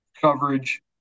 coverage